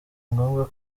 ngombwa